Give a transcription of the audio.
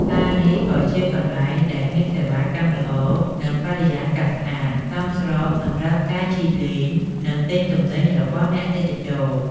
ផ្សារនេះក៏ជាកន្លែងដែលមានសេវាកម្មល្អ និងបរិយាកាសស្អាត សមស្របសម្រាប់ការជិះលេង និងទិញទំនិញរបស់អ្នកទេសចរ។